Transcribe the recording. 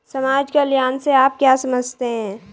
समाज कल्याण से आप क्या समझते हैं?